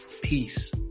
peace